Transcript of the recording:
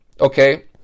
Okay